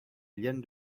liane